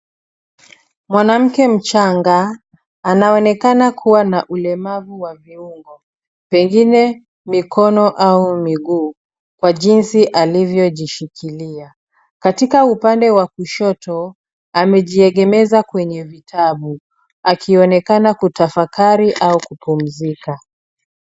Mwanamke mchanga anaonekana kuwa na ulemavu wa viungo, pengine mikono au miguu, kwa jinsi alivyojishikilia. Katika upande wa kushoto, amejiegemeza kwenye vitabu akionekana kutafakari au kupumzika.